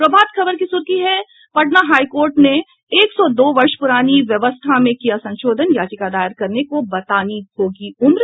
प्रभात खबर की सुर्खी है पटना हाई कोर्ट ने एक सौ दो वर्ष पुरानी व्यवस्था में किया संशोधन याचिका दायर करने को बतानी होगी उम्र